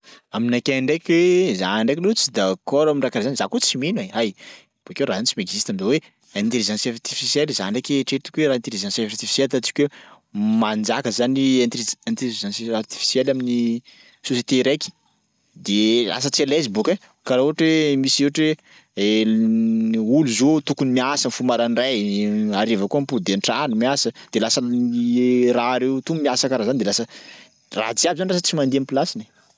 Aminakay ndraiky za ndraiky loha tsy d'accord am'raha karaha zany za ko tsy mino e ay! Bakeo raha iny tsy mi-existe de hoe intelligence artificielle za ndraiky eritreretiko hoe raha intelligence artificielle ataontsika hoe manjaka zany intellige- intelligence artificielle amin'ny soiété raiky de lasa tsy à l'aise bôka e, karaha ohatra hoe misy ohatry hoe ny olo zao tokony miasa mifoha maraindray, hariva koa mipody an-trano miasa de lasa raha reo to no miasa karaha zany de lasa ratsy aby lasa tsy mandeha am'plasiny.